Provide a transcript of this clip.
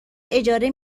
اجاره